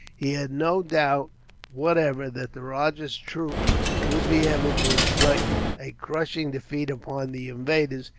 he had no doubt whatever that the rajah's troops would be able to inflict a crushing defeat upon the invaders,